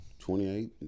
28